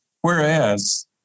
Whereas